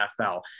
NFL